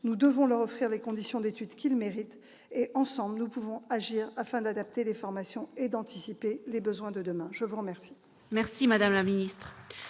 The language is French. Nous devons leur offrir les conditions d'étude qu'ils méritent. Ensemble, nous pouvons agir afin d'adapter les formations et d'anticiper les besoins de demain ! Mes chers